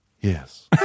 Yes